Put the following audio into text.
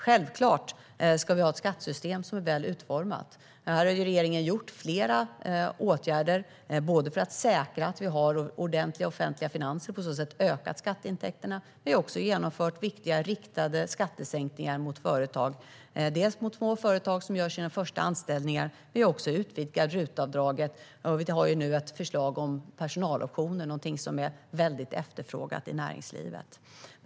Självklart ska vi ha ett skattesystem som är väl utformat. Regeringen har vidtagit flera åtgärder för att säkra att vi har ordentliga finanser, och på så sätt har vi ökat skatteintäkterna. Vi har också genomfört viktiga riktade skattesänkningar mot företag, bland annat mot små företag som gör sina första anställningar. Vi har dessutom utvidgat RUT-avdraget och har nu ett förslag om personaloptioner, vilket är mycket efterfrågat i näringslivet.